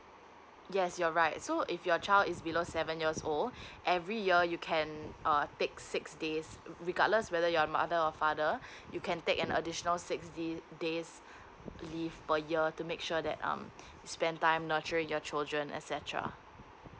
yes you're right so if your child is below seven years old every year you can err take six days regardless whether you're mother or father you can take an additional six da~ days leave per year to make sure that um spend time nurture your children et cetera